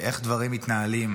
באיך דברים מתנהלים.